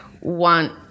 want